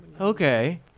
Okay